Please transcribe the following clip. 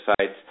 sites